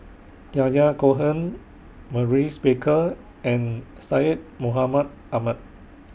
Yahya Cohen Maurice Baker and Syed Mohamed Ahmed